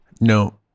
no